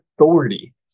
authority